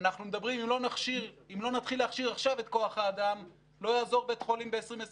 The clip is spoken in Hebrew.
אם לא נתחיל להכשיר עכשיו את כוח האדם לא יעזור בית חולים ב-2025.